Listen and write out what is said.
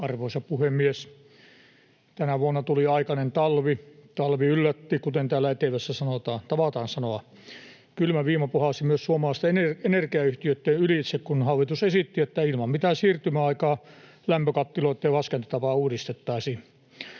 Arvoisa puhemies! Tänä vuonna tuli aikainen talvi. Talvi yllätti, kuten täällä etelässä tavataan sanoa. Kylmä viima puhalsi myös suomalaisten energiayhtiöitten ylitse, kun hallitus esitti, että ilman mitään siirtymäaikaa lämpökattiloitten laskentatapaa uudistettaisiin.